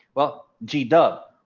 well, g dub,